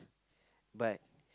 but